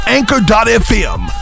Anchor.fm